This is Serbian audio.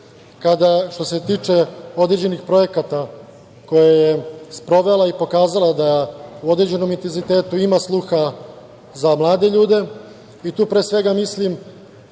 što se tiče određenih projekata koje je sprovela i pokazala da u određenom intenzitetu ima sluha za mlade ljude i tu, pre svega, mislim